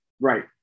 Right